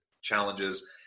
challenges